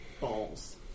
Balls